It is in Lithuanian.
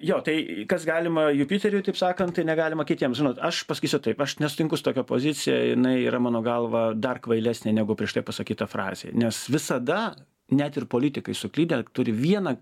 jo tai kas galima jupiteriui taip sakant tai negalima kitiem žinot aš pasakysiu taip aš nesutinku su tokia pozicija jinai yra mano galva dar kvailesnė negu prieš tai pasakyta frazė nes visada net ir politikai suklydę turi vieną